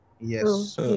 Yes